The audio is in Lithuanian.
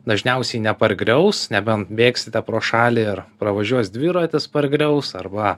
dažniausiai nepargriaus nebent bėgsite pro šalį ir pravažiuos dviratis pargriaus arba